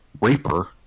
Reaper